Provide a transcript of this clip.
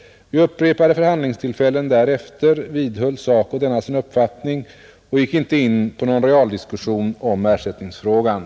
Vid upprepade förhandlingstillfällen därefter vidhöll SACO denna sin 207 uppfattning och gick inte in på någon realdiskussion om ersättningsfrågan.